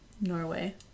Norway